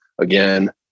Again